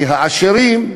כי העשירים,